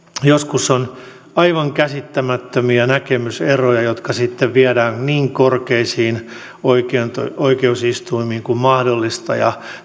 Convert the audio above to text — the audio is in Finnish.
joskus on aivan käsittämättömiä näkemyseroja jotka sitten viedään niin korkeisiin oikeusistuimiin kuin mahdollista ja